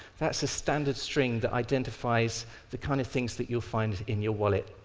that's a standard string that identifies the kind of things that you find in your wallet,